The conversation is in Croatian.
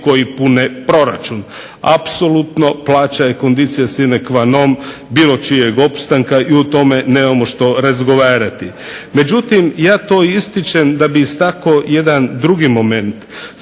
koji pune proračun. Apsolutno plaća je conditio sine qua non bilo čijeg opstanka i o tome nemamo što razgovarati. Međutim, ja to ističem da bih istakao jedna drugi moment,